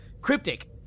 Cryptic